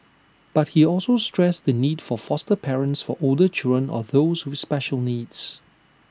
but he also stressed the need for foster parents for older children or those with special needs